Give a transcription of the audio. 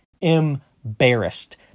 embarrassed